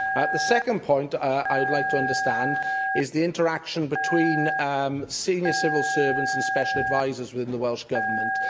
the second point i would like to understand is the interaction between um senior civil servants and special advisers within the welsh government.